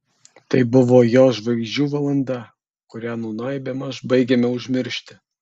tai buvo jo žvaigždžių valanda kurią nūnai bemaž baigiame užmiršti